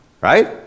Right